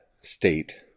state